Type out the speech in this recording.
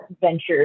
ventures